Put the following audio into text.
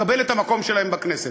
לקבל את המקום שלהן בכנסת.